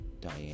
diane